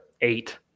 eight